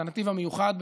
את הנתיב המיוחד,